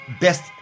best